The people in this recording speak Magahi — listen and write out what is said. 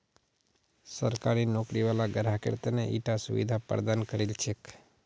सरकारी नौकरी वाला ग्राहकेर त न ईटा सुविधा प्रदान करील छेक